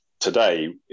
today